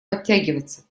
подтягиваться